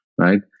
right